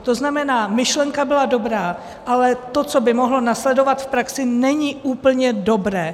To znamená, myšlenka byla dobrá, ale to, co by mohlo následovat v praxi, není úplně dobré.